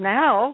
now